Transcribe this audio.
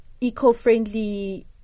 eco-friendly